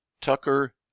Tucker